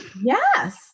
Yes